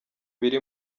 biri